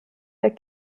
der